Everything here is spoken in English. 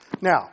Now